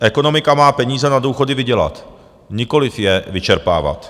Ekonomika má peníze na důchody vydělat, nikoliv je vyčerpávat.